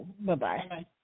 Bye-bye